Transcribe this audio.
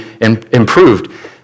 improved